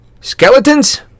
skeletons